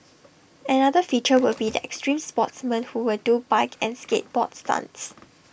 another feature will be the extreme sportsmen who will do bike and skateboard stunts